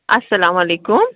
اَسلامُ علیکُم